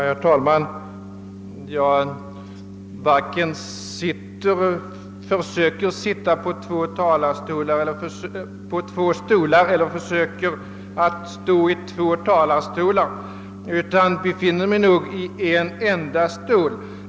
Herr talman! Jag varken försöker sitta på två stolar eller försöker stå i två talarstolar utan jag befinner mig nu i en enda stol.